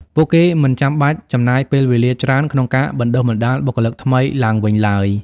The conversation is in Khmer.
ពួកគេមិនចាំបាច់ចំណាយពេលវេលាច្រើនក្នុងការបណ្តុះបណ្តាលបុគ្គលិកថ្មីឡើងវិញឡើយ។